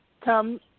come